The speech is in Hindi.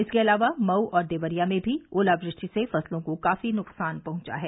इसके अलावा मऊ और देवरिया में भी ओलावृष्टि से फसलों को काफी नुकसान पहुंचा है